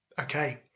Okay